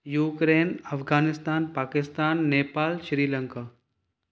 Ukraine Afghanistan Pakistan Nepal Sri Lanka